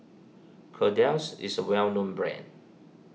Kordel's is a well known brand